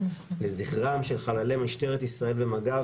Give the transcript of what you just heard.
במדינה היהודית,